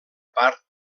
part